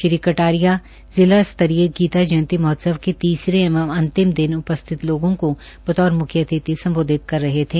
श्री कटारिया जिला स्तरीय गीता जयंती महोत्सव के तीसरे एवं अंतिम दिन उपस्थित लोगों को बतौर मुख्य अतिथि सम्बोधित कर रहे थे